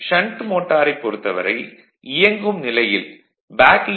shunt மோட்டாரைப் பொறுத்தவரை இயங்கும் நிலையில் பேக் ஈ